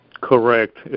Correct